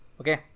okay